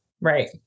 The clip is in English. right